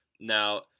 Now